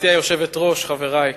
גברתי היושבת-ראש, חברי,